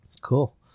cool